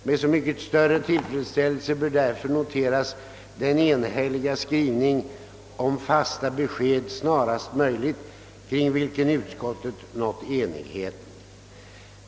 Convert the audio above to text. Med så mycket större tillfredsställelse bör därför noteras den enhälliga skrivning om fasta besked snarast möjligt, kring vilken utskottet nått enighet.